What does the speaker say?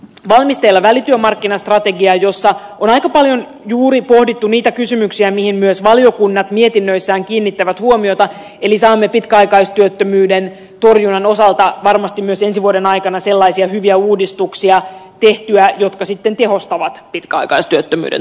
valmistelevälityömarkkinastrategia jossa on aika paljon juuri pohdittu niitä kysymyksiä niin myös valiokunnat mietinnöissään kiinnittävät huomiota eli sami pitkäaikaistyöttömyyden torjunnan osalta varmasti myös ensi vuoden aikana sellaisia hyviä uudistuksia tehtyä jotka sitten tehostavat pitkäaikaistyöttömyyden